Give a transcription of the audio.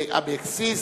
אבקסיס,